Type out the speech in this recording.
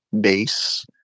base